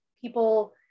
people